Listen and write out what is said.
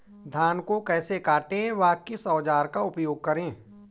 धान को कैसे काटे व किस औजार का उपयोग करें?